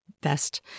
best